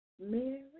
Mary